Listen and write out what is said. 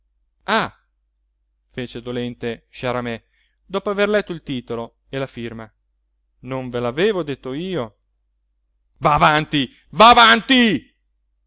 fece dolente sciaramè dopo aver letto il titolo e la firma non ve l'avevo detto io va avanti va avanti